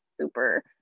super